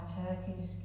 turkeys